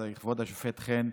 אז כבוד השופט חן,